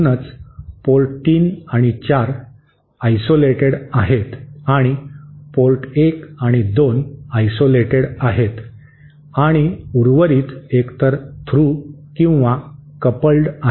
म्हणूनच पोर्ट 3 आणि 4 आयसोलेटेड आहेत आणि पोर्ट 1 आणि 2 आयसोलेटेड आहेत आणि उर्वरित एकतर थ्रू किंवा कपल्ड आहेत